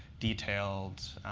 detailed